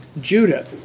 Judah